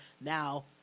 now